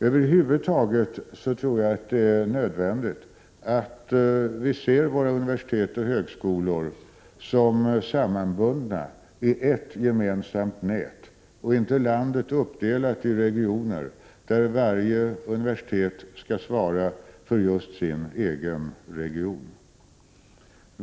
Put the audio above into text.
Över huvud taget tror jag att det är nödvändigt att vi ser våra universitet och högskolor som sammanbundna i ett gemensamt nät, så att landet inte är uppdelat i regioner där varje universitet skall svara för just sin egen region.